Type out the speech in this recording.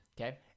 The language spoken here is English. okay